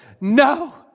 no